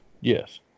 Yes